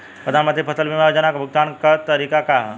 प्रधानमंत्री फसल बीमा योजना क भुगतान क तरीकाका ह?